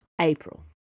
April